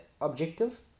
objective